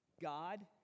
God